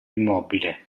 immobile